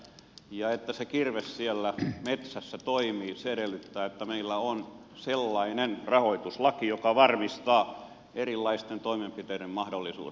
ja että se kirves siellä metsässä toimii se edellyttää että meillä on sellainen rahoituslaki joka varmistaa erilaisten toimenpiteiden mahdollisuuden